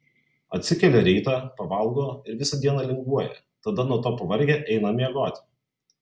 atsikelia rytą pavalgo ir visą dieną linguoja tada nuo to pavargę eina miegoti